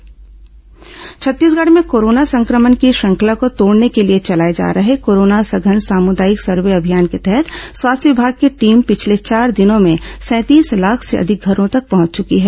corona survey जागरूकता अभियान छत्तीसगढ़ में कोरोना संक्रमण की श्रंखला को तोड़ने के लिए चलाए जा रहे कोरोना सघन सामूदायिक सर्वे अभियान के तहत स्वास्थ्य विभाग की टीम पिछले चार दिनों में सैंतीस लाख से अधिक घरों तक पहुंच चुकी है